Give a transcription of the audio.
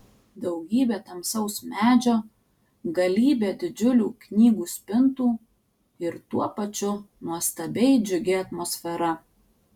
daugybė tamsaus medžio galybė didžiulių knygų spintų ir tuo pačiu nuostabiai džiugi atmosfera